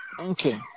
Okay